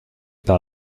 par